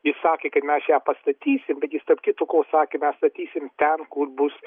jis sakė kad mes ją pastatysime bet jis tarp kitko sakė mes statysime ten kur bus